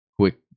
quick